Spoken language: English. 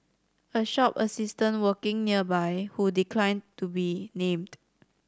a shop assistant working nearby who declined to be named